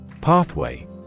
Pathway